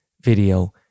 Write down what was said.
video